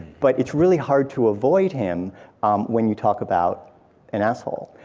but it's really hard to avoid him when you talk about an asshole.